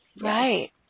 Right